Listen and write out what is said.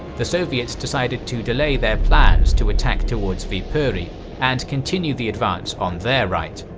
the soviets decided to delay their plans to attack towards viipuri and continue the advance on their right.